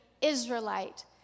Israelite